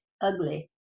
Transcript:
ugly